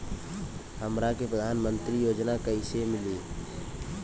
हमरा के प्रधानमंत्री योजना कईसे मिली?